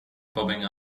bobbing